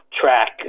track